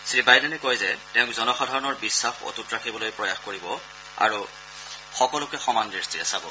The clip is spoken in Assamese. শ্ৰীবাইডেনে কয় যে তেওঁক জনসাধাৰণৰ বিশ্বাস অটুট ৰাখিবলৈ প্ৰয়াস কৰিব আৰু সকলোকে সমান দৃষ্টিৰে চাব